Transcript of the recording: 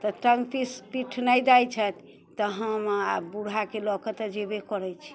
तऽ टँग पीठ नहि दै छथि तऽ हम आब बूढ़ाके लऽकऽ तऽ जेबे करै छी